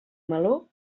meló